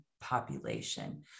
population